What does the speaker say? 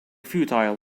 futile